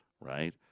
right